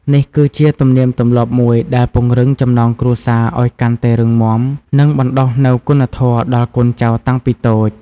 នេះគឺជាទំនៀមទម្លាប់មួយដែលពង្រឹងចំណងគ្រួសារឲ្យកាន់តែរឹងមាំ និងបណ្ដុះនូវគុណធម៌ដល់កូនចៅតាំងពីតូច។